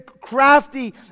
crafty